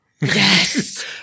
Yes